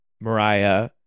Mariah